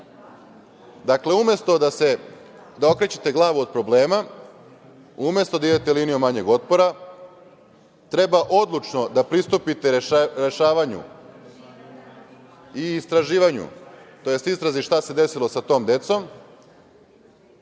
pravde. Dakle, umesto da okrećete glavu od problema, umesto da idete linijom manjeg otpora, treba odlučno da pristupite rešavanju i istraživanju, tj. istrazi šta se desilo sa tom decom